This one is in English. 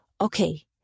Okay